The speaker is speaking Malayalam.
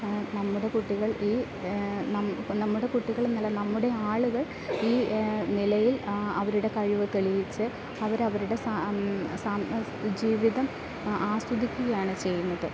ആ നമ്മുടെ കുട്ടികൾ ഈ നമ്മുടെ കുട്ടികൾ എന്നല്ല നമ്മുടെ ആളുകൾ ഈ നിലയിൽ ആ അവരുട കഴിവ് തെളിയിച്ചു അവർ അവരുടെ ജീവിതം ആസ്വദിക്കുകയാണ് ചെയ്യുന്നത്